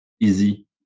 easy